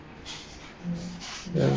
ya